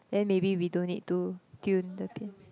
then maybe we don't need to tune the pian~